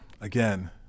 again